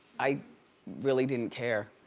i really didn't care.